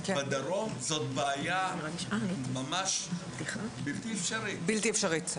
אבל בדרום זאת בעיה ממש בלתי אפשרית.